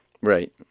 Right